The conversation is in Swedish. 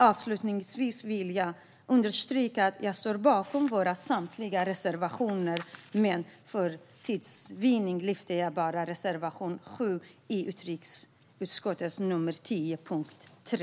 Avslutningsvis vill jag understryka att jag står bakom samtliga våra reservationer. Men för tids vinnande yrkar jag bifall endast till reservation 7 i utrikesutskottets betänkande 10 under punkt 3.